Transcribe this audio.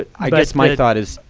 i guess my thought is,